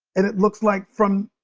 and it looks like from,